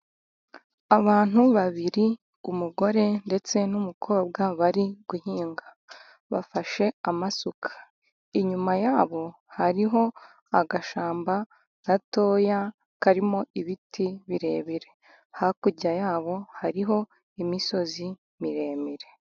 Abantu babiri, umugore ndetse n' umukobwa barimo guhinga, bafashe amasuka. Inyuma yabo hari agashyamba gatoya, karimo ibiti birebire. Hakurya yabo, hari imisozi miremire.